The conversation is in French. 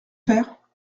faire